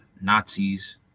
nazis